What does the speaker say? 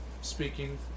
speaking